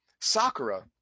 Sakura